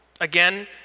again